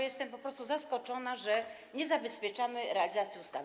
Jestem po prostu zaskoczona, że nie zabezpieczamy realizacji ustawy.